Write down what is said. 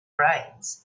brains